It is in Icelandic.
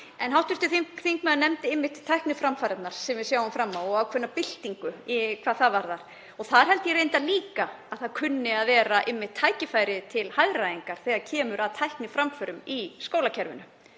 Hv. þingmaður nefndi tækniframfarirnar sem við sjáum fram á og ákveðna byltingu hvað það varðar. Þar held ég reyndar að kunni að vera tækifæri til hagræðingar þegar kemur að tækniframförum í skólakerfinu.